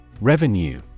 Revenue